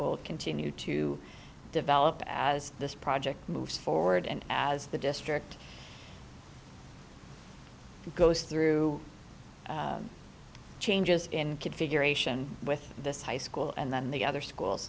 will continue to develop as this project moves forward and as the district goes through changes in configuration with this high school and then the other schools